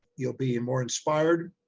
you'll be and more inspired.